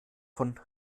von